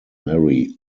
mary